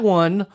one